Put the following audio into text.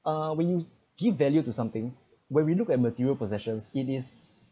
uh we give value to something where we looked at material possessions it is